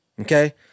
okay